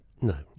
no